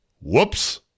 Whoops